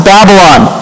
Babylon